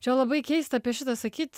čia labai keista apie šitą sakyt